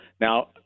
Now